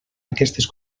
aquestes